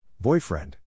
Boyfriend